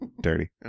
Dirty